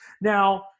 Now